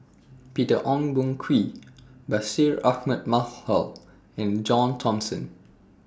Peter Ong Boon Kwee Bashir Ahmad Mallal and John Thomson